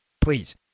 Please